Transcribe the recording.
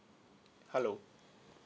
hello